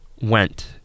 went